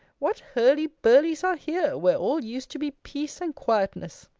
what hurlyburlies are here, where all used to be peace and quietness!